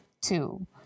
two